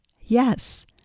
Yes